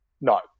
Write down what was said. no